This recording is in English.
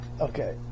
Okay